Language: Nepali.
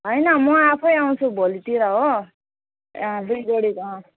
होइन म आफै आउँछु भोलितिर हो दुई जोडी अँ